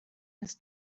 his